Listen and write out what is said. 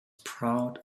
proud